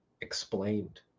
explained